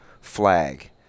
flag